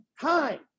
time